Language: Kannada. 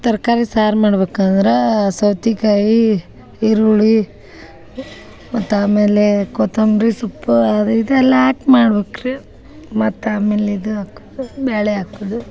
ತರಕಾರಿ ಸಾರು ಮಾಡ್ಬಕಂದ್ರಾ ಸೌತೇಕಾಯಿ ಈರುಳ್ಳಿ ಮತ್ತೆ ಆಮೇಲೆ ಕೊತ್ತೊಂಬರಿ ಸೊಪ್ಪು ಅದಿದೆಲ್ಲ ಹಾಕ್ ಮಾಡ್ಬೇಕು ರೀ ಮತ್ತೆ ಆಮೇಲೆ ಇದು ಹಾಕುದು ಬ್ಯಾಳೆ ಹಾಕುದು